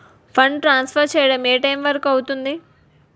Fund transfer చేయడం ఏ time వరుకు అవుతుంది?